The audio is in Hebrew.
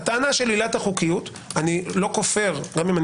הטענה של עילת החוקיות - איני כופר גם אם אני